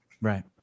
right